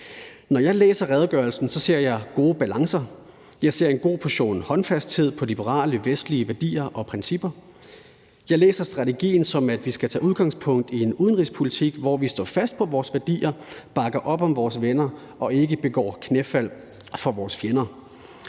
Når jeg læser redegørelsen, ser jeg gode balancer. Jeg ser en god portion håndfasthed med hensyn til liberale, vestlige værdier og principper. Jeg læser strategien som, at vi skal tage udgangspunkt i en udenrigspolitik, hvor vi står fast på vores værdier, bakker op om vores venner og ikke gør knæfald for vores fjender.